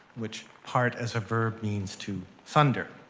which part, as a verb, means to sunder.